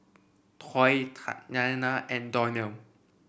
Toy Tatyanna and Donnell